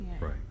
Right